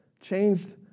changed